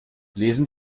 lesen